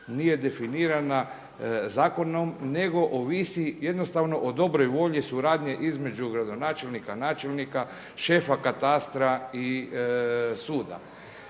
nije definirana zakonom nego ovisi jednostavno o dobroj volji suradnje između gradonačelnika, načelnika, šefa katastra i suda.